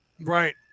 Right